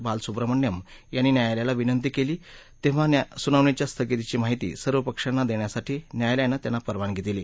बालसुब्रमण्यम यांनी न्यायालयाला विनंती केली तेव्हा सुनावणीच्या स्थगितीची माहिती सर्व पक्षांना देण्यासाठी न्यायालयानं त्यांना परवानगी दिली